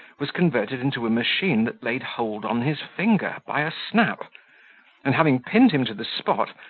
was converted into a machine that laid hold on his finger, by a snap and having pinned him to the spot,